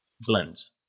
blends